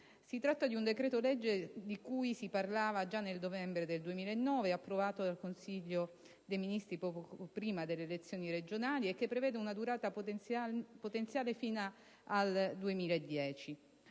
Si tratta di un decreto-legge di cui si parlava già nel novembre 2009, approvato dal Consiglio dei ministri poco prima delle elezione regionali, che prevede una durata potenziale fino al 2010.